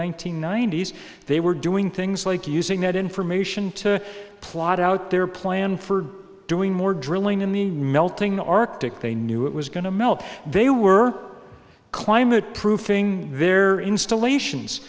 hundred ninety s they were doing things like using that information to plot out their plan for doing more drilling in the melting arctic they knew it was going to melt they were climate proofing their installations